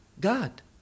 God